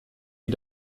die